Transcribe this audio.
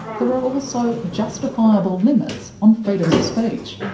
there are also justifiable limits on freedom of speech.